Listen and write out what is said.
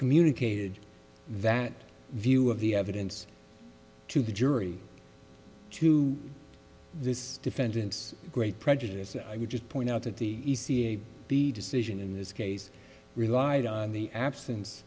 communicated that view of the evidence to the jury to this defendant's great prejudice and i would just point out that the the decision in this case relied on the absence